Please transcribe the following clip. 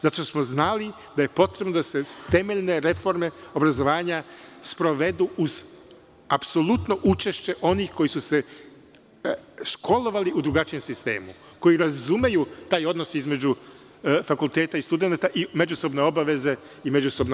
Zato što smo znali da potrebno da se temeljne reforme obrazovanja sprovedu uz apsolutno učešće onih koji su se školovali u drugačijem sistemu, koji razumeju taj odnos između fakulteta i studenatai međusobne obaveze i prava.